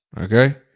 Okay